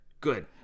Good